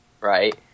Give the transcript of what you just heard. right